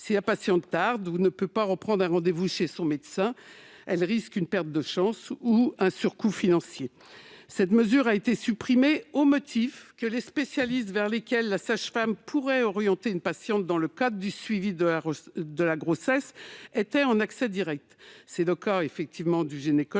Si la patiente tarde ou ne peut pas prendre un rendez-vous chez son médecin, elle risque de subir une perte de chance ou un surcoût financier. Cette mesure a été supprimée au motif que les spécialistes vers lesquels la sage-femme pourrait orienter une patiente dans le cadre du suivi de la grossesse seraient en accès direct. C'est effectivement le cas du gynécologue,